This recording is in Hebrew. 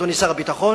אדוני שר הביטחון,